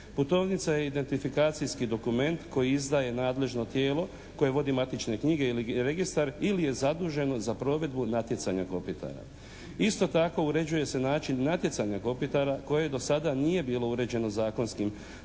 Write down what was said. Putovnica i identifikacijski dokument koji izdaje nadležno tijelo koje vodi matične knjige ili registar ili je zaduženo za provedbu natjecanja kopitara. Isto tako uređuje se način natjecanja kopitara koje do sada nije bilo uređeno zakonskim propisima,